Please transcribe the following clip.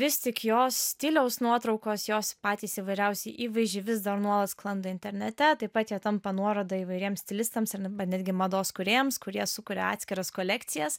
vis tik jos stiliaus nuotraukos jos patys įvairiausi įvaizdžiai vis dar nuolat sklando internete taip pat jie tampa nuoroda įvairiems stilistams ir netgi mados kūrėjams kurie sukuria atskiras kolekcijas